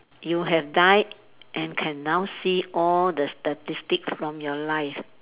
you have died and can now see all the statistics from your life